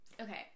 Okay